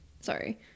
Sorry